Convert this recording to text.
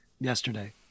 yesterday